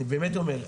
אני באמת אומר,